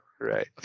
Right